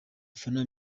bafana